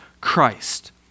Christ